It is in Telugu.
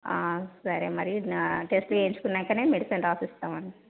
సరే మరి నా టెస్ట్లు చేయించుకున్నాకనే మెడిసన్ రాసి ఇస్తామండి